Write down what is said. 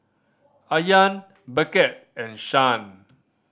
Ayaan Beckett and Shan